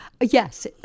Yes